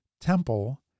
temple